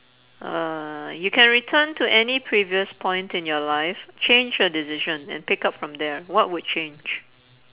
uh you can return to any previous point in your life change your decision and pick up from there what would change